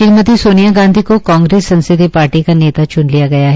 श्रीमती सोनिया गांधी कोकांग्रेस संसदीय पार्टी का नेता च्न लिया गया है